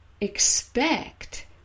expect